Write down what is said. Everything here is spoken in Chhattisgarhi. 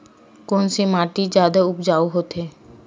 कोन से माटी जादा उपजाऊ होथे?